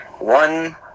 One